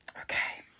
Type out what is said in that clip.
Okay